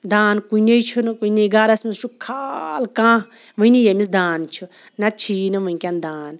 دان کُنی چھُنہٕ کُنے گَرَس منٛز چھُ کھال کانٛہہ وٕنہِ ییٚمِس دان چھُ نَتہٕ چھُیی نہٕ وٕنۍکٮ۪ن دان